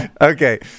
Okay